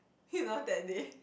you know that day